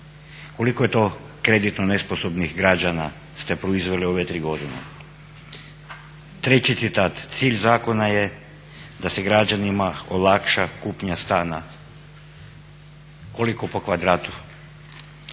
Koliko to kreditno nesposobnih građana ste proizveli u ove tri godine? Treći citat, cilj zakona je da se građanima olakša kupnja stana. Koliko po kvadratu?